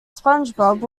spongebob